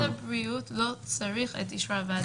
משרד הבריאות לא צריך את אישור הוועדה.